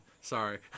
Sorry